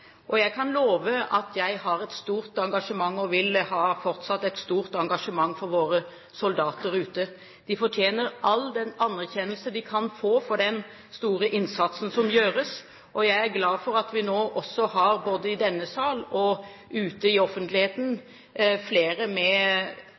Jeg kan love at jeg har et stort engasjement og vil fortsatt ha et stort engasjement for våre soldater ute. De fortjener all den anerkjennelse de kan få for den store innsatsen som gjøres. Jeg er glad for at vi nå også har – både i denne sal og ute i offentligheten